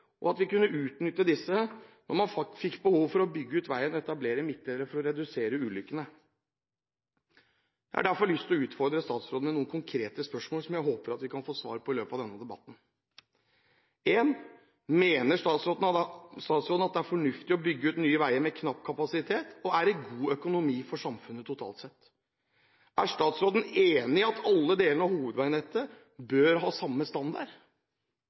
og kunne utnytte disse når man fikk behov for å bygge ut veiene og etablere midtdelere for å redusere ulykkene. Jeg har derfor lyst til å utfordre statsråden med noen konkrete spørsmål som jeg håper at vi kan få svar på i løpet av denne debatten: – Mener statsråden at det er fornuftig å bygge nye veier med knapp kapasitet, og er dette god økonomi for samfunnet totalt sett? – Er statsråden enig i at alle delene av hovedveinettet bør ha samme standard?